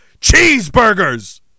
Cheeseburgers